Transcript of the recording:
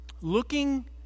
looking